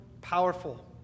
powerful